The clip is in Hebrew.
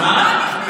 מה?